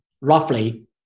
roughly